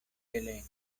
heleno